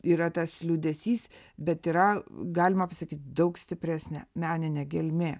yra tas liūdesys bet yra galima pasakyt daug stipresnė meninė gelmė